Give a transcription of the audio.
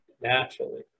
naturally